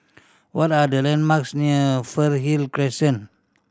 what are the landmarks near Fernhill Crescent